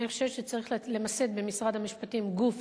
אני חושבת שצריך למסד במשרד המשפטים גוף